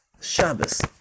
Shabbos